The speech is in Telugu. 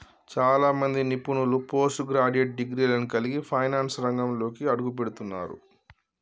చాలా మంది నిపుణులు పోస్ట్ గ్రాడ్యుయేట్ డిగ్రీలను కలిగి ఫైనాన్స్ రంగంలోకి అడుగుపెడుతున్నరు